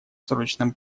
срочном